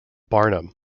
barnum